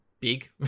big